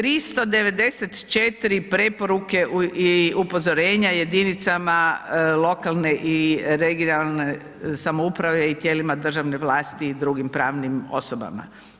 394 preporuke i upozorenja jedinicama lokalne i regionalne samouprave i tijelima državne vlasti i drugim pravnim osobama.